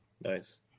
Nice